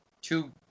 two